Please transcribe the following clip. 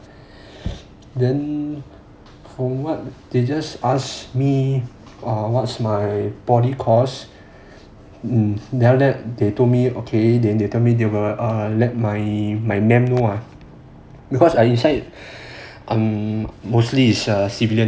then what they just ask me what's my poly course then they told me okay then they told me they will err let my men know because I decided um mostly is civilian